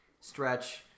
stretch